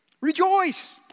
Rejoice